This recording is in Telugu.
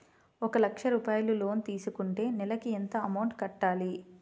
ఒక లక్ష రూపాయిలు లోన్ తీసుకుంటే నెలకి ఎంత అమౌంట్ కట్టాలి?